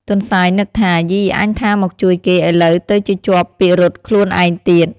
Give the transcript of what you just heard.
ទន្សាយនឹកថា "យីអញថាមកជួយគេ ឥឡូវទៅជាជាប់ពិរុទ្ធខ្លួនឯងទៀត"។